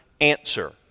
answer